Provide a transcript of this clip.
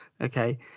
okay